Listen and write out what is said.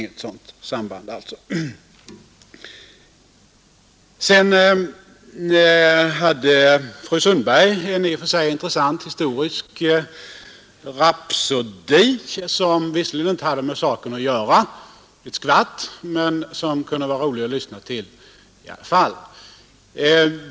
Det finns alltså inget sådant samband. Fru Sundberg gjorde en i och för sig intressant historisk rapsodi, som visserligen inte har något med den här saken att göra men som det ändå var roligt att lyssna till.